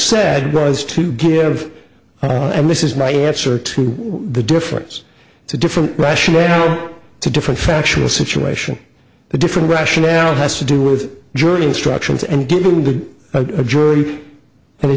said was to give and this is my answer to the difference to different rationale to different factual situation the different rationale has to do with jury instructions and given the jury